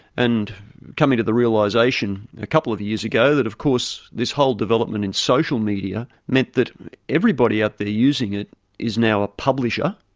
and coming to the realisation a couple of years ago that of course this whole development in social media meant that everybody out there using it is now a publisher,